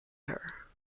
her